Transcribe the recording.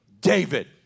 David